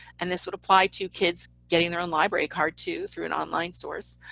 and this would apply to kids getting their own library card, too, through an online source.